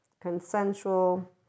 consensual